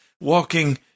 walking